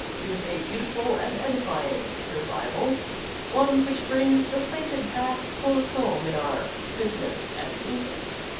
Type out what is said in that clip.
it is a beautiful and edifying survival one which brings the sainted past close home in our business and bosoms.